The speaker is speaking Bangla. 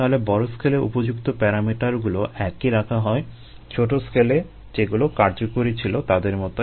তাহলে বড় স্কেলে উপযুক্ত প্যারামিটারগুলো একই রাখা হয় ছোট স্কেলে যেগুলো কার্যকরী ছিল তাদের মতোই